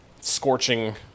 scorching